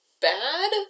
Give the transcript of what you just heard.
bad